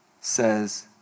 says